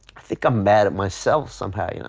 think i'm mad at myself somehow. you know